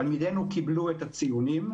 תלמידנו קיבלו את הציונים,